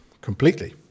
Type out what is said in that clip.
Completely